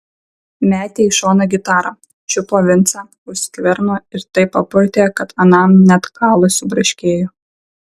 metė į šoną gitarą čiupo vincą už skverno ir taip papurtė kad anam net kaulai subraškėjo